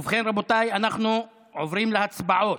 ובכן, רבותיי, אנחנו עוברים להצבעות.